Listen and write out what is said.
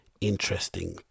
interesting